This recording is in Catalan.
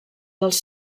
dels